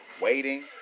Waiting